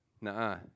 nah